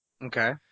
Okay